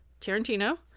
Tarantino